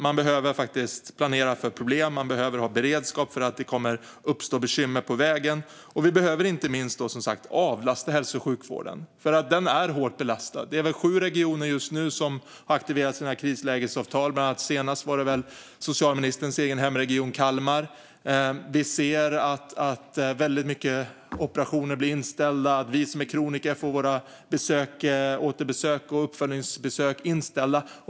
Man behöver faktiskt planera för problem, man behöver ha beredskap för om det uppstår bekymmer på vägen och, inte minst, man behöver avlasta hälso och sjukvården, för den är hårt belastad. Det är sju regioner just nu som har aktiverat sina krislägesavtal - senast var det väl socialministerns egen hemregion Kalmar. Vi ser att många operationer blir inställda, och vi som är kroniker får våra återbesök och uppföljningsbesök inställda.